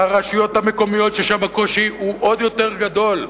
והרשויות המקומיות, ששם הקושי הוא עוד יותר גדול,